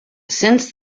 since